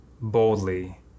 boldly